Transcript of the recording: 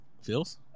feels